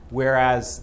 whereas